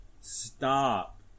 Stop